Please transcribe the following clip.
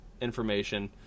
information